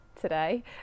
today